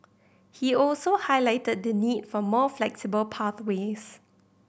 he also highlighted the need for more flexible pathways